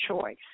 Choice